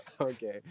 Okay